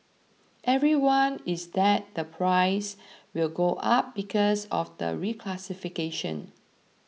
everyone is that the prices will go up because of the reclassification